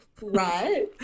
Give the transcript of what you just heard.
right